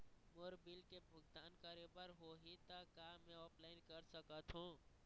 मोर bill के भुगतान करे बर होही ता का मैं ऑनलाइन कर सकथों?